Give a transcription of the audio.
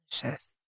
delicious